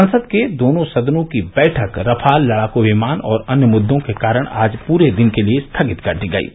संसद के दोनों सदनों की बैठक रफाल लड़ाकू विमान और अन्य मुद्दों के कारण आज पूरे दिन के लिए स्थगित कर दी गई हैं